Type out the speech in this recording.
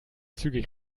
zügig